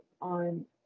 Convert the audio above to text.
on